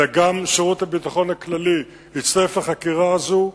אלא גם שירות הביטחון הכללי יצטרף לחקירה הזאת,